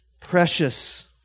precious